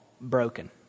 broken